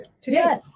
Today